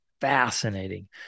fascinating